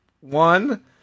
one